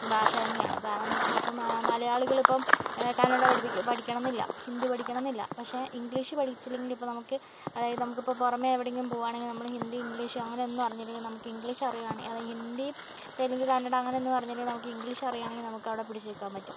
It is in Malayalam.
ഭാഷ തന്നെയാണ് കാരണം എന്ന് വെച്ചിട്ടുണ്ടെങ്കിൽ ഇനി ഇപ്പം മലയാളികൾ ഇപ്പം കന്നട പഠിപ്പിക്കുക പഠിക്കണമെന്നില്ല ഹിന്ദി പഠിക്കണമെന്നില്ല പക്ഷെ ഇംഗ്ലീഷ് പഠിച്ചില്ലെങ്കിൽ ഇപ്പോൾ നമുക്ക് അതായത് നമുക്കിപ്പോൾ പുറമെ എവിടെയെങ്കിലും പോകുകയാണെങ്കിൽ നമ്മൾ ഹിന്ദി ഇംഗ്ലീഷ് അങ്ങനെയൊന്നും അറിഞ്ഞില്ലെങ്കിൽ നമുക്ക് ഇംഗ്ലീഷ് അറിയാണെ അല്ല ഹിന്ദി തെലുങ്ക് കന്നട അങ്ങനൊന്നും അറിഞ്ഞില്ലെങ്കിലും നമുക്ക് ഇംഗ്ലീഷ് അറിയുകയാണെങ്കിൽ നമുക്കവിടെ പിടിച്ച് നിൽക്കാൻ പറ്റും